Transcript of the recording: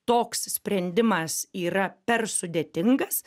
toks sprendimas yra per sudėtingas